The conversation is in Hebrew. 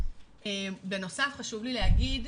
בנוסף חשוב לי להגיד,